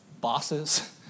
bosses